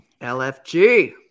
LFG